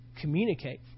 communicate